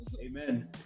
amen